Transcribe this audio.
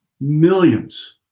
millions